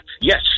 yes